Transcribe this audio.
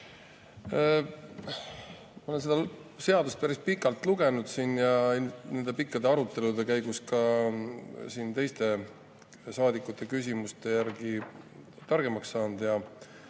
Ma olen seda seadust päris pikalt lugenud ja nende pikkade arutelude käigus ka teiste saadikute küsimuste abil targemaks saanud.